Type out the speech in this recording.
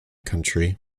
country